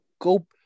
Go